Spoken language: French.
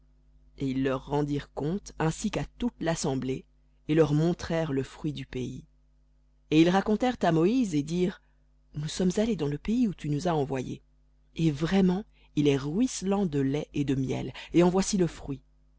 et ils leur rendirent compte ainsi qu'à toute l'assemblée et leur montrèrent le fruit du pays et ils racontèrent à moïse et dirent nous sommes allés dans le pays où tu nous as envoyés et vraiment il est ruisselant de lait et de miel et en voici le fruit